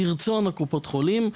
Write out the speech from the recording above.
ברצון קופות החולים.